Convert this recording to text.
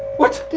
what!